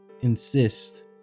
insist